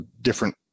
different